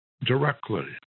directly